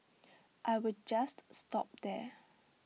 I will just stop there